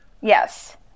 Yes